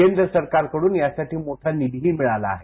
केंद्र सरकारकडून यासाठी मोठा निधी मिळाला आहे